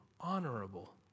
honorable